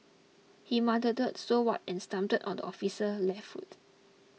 he muttered so what and stamped on the officer left foot